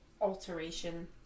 alteration